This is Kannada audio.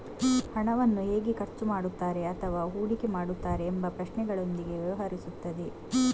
ಹಣವನ್ನು ಹೇಗೆ ಖರ್ಚು ಮಾಡುತ್ತಾರೆ ಅಥವಾ ಹೂಡಿಕೆ ಮಾಡುತ್ತಾರೆ ಎಂಬ ಪ್ರಶ್ನೆಗಳೊಂದಿಗೆ ವ್ಯವಹರಿಸುತ್ತದೆ